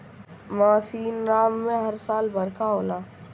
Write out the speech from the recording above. मासिनराम में हर साल ढेर बरखा होला